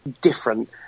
different